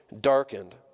darkened